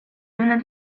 una